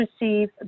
receive